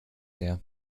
her